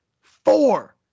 four